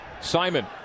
Simon